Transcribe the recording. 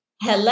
Hello